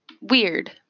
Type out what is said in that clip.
Weird